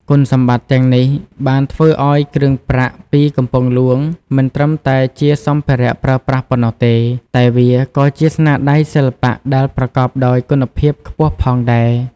គុណសម្បត្តិទាំងនេះបានធ្វើឱ្យគ្រឿងប្រាក់ពីកំពង់ហ្លួងមិនត្រឹមតែជាសម្ភារៈប្រើប្រាស់ប៉ុណ្ណោះទេ តែវាក៏ជាស្នាដៃសិល្បៈដែលប្រកបដោយគុណភាពខ្ពស់ផងដែរ។